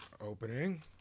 Opening